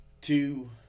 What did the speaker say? Two